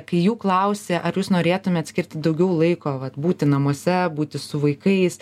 kai jų klausi ar jūs norėtumėt skirti daugiau laiko vat būti namuose būti su vaikais